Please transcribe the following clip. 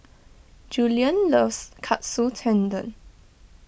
Juliann loves Katsu Tendon